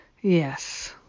Yes